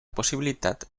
possibilitat